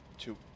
Two